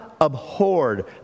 abhorred